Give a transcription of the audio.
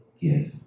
give